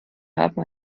haben